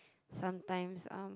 sometimes um